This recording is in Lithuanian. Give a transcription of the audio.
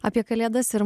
apie kalėdas ir